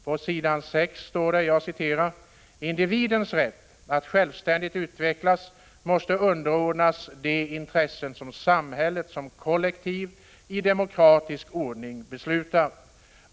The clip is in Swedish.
På s. 6 står det: ”Individens rätt att självständigt utvecklas måste underordnas de intressen som samhället som kollektiv i demokratisk ordning beslutar.